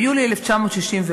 ביולי 1964,